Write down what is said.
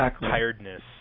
tiredness